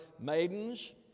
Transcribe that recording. maidens